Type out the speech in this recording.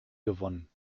gewonnen